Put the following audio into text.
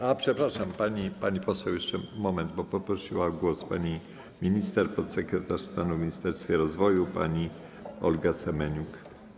A, przepraszam, pani poseł, jeszcze moment, bo o głos poprosiła pani minister, podsekretarz stanu w Ministerstwie Rozwoju pani Olga Semeniuk.